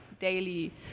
daily